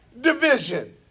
division